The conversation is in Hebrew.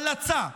הלצה.